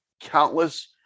countless